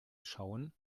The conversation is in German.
schauen